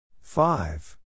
Five